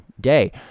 day